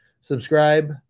subscribe